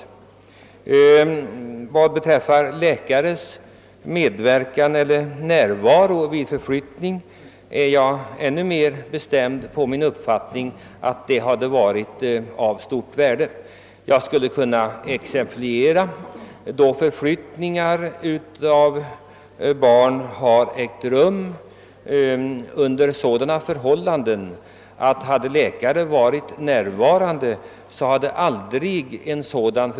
Vad beträffar läkares närvaro vid förflyttning är jag ännu mer bestämd i min uppfattning att det hade varit av stort värde att lagfästa föreskrift härom. Jag skulle kunna ge exempel på förflyttningar av barn vilka har ägt rum under sådana förhållanden att de aldrig skulle ha fått göras om läkare hade varit närvarande.